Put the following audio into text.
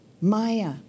Maya